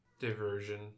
diversion